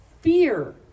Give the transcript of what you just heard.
fear